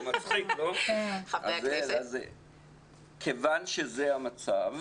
מכיוון שזה המצב